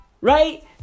Right